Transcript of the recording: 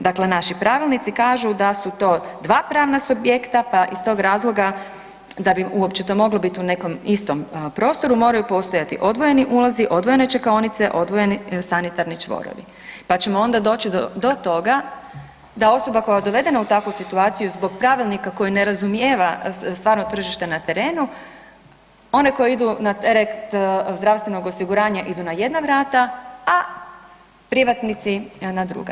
Dakle, naši pravilnici kažu da su to dva pravna subjekta, pa iz tog razloga da bi uopće to moglo bit u nekom istom prostoru moraju postojati odvojeni ulazi, odvojene čekaonice, odvojeni sanitarni čvorovi, pa ćemo onda doći do toga da osoba koja je dovedena u takvu situaciju zbog pravilnika koji ne razumijeva stvarno tržište na terenu one koji idu na teret zdravstvenog osiguranja idu na jedna vrata, a privatnici na druga.